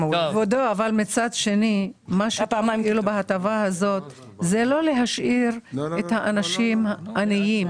מה שטוב בהטבת המס הזאת זה שהיא לא משאירה את האנשים עניים.